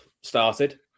started